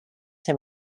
him